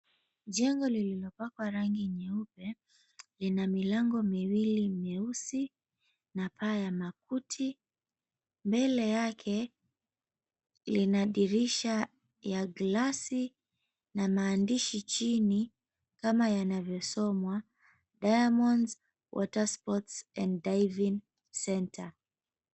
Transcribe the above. Jengo lililopakwa rangi nyeupe lina milango miwili meusi na paa ya makuti. Mbele yake lina dirisha ya glasi na maandishi chini kama yanavyosomwa "Diamond's watersports and diving centre".